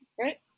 Right